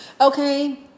Okay